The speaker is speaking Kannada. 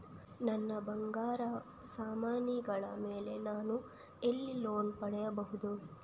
ನನ್ನ ಬಂಗಾರ ಸಾಮಾನಿಗಳ ಮೇಲೆ ನಾನು ಎಲ್ಲಿ ಲೋನ್ ಪಡಿಬಹುದು?